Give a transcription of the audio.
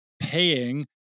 paying